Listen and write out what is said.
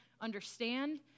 understand